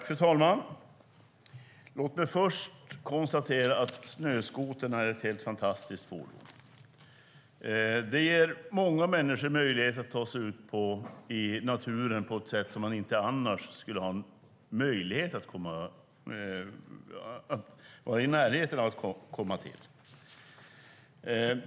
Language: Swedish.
Fru talman! Låt mig först konstatera att snöskotern är ett helt fantastiskt fordon. Den ger många människor möjlighet att ta sig ut i naturen till ställen som man annars inte skulle komma i närheten av.